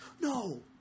no